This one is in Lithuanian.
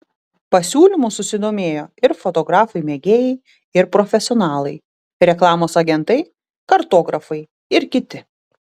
pasiūlymu susidomėjo ir fotografai mėgėjai ir profesionalai reklamos agentai kartografai ir kiti